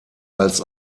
als